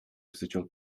residual